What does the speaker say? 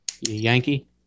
Yankee